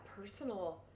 personal